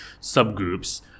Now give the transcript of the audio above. subgroups